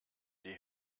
die